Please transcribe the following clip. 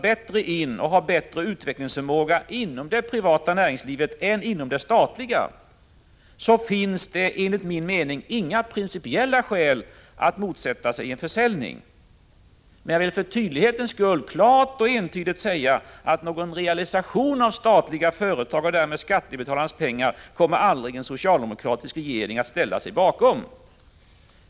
bättre in och har bättre utvecklingsförmåga inom det privata näringslivet än inom det statliga finns det enligt min mening inga principiella skäl att motsätta sig en försäljning. Men jag vill för tydlighetens skull klart och entydigt säga att någon realisation av statliga företag och därmed skattebetalarnas pengar kommer aldrig en socialdemokratisk regering att ställa sig bakom.